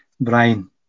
Brian